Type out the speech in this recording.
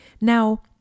Now